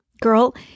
Girl